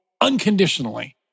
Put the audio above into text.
unconditionally